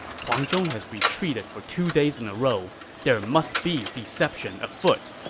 huang zhong has retreated for two days in a row there must be deception afoot.